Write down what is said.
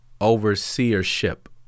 overseership